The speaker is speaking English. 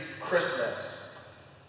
Christmas